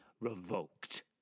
revoked